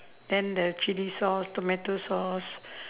then the chill sauce tomato sauce